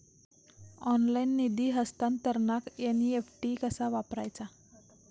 Online निधी हस्तांतरणाक NEFT कसा वापरायचा?